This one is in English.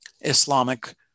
Islamic